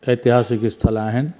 ऐतिहासिक स्थल आहिनि